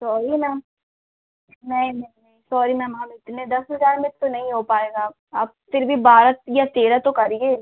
sorry ma'am नहीं नहीं नहीं सॉरी मैम हम इतने दस हजार में तो नहीं हो पाएगा आप फिर भी बारह या तेरह तो करिए